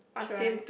try